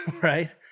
right